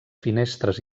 finestres